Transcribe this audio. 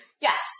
yes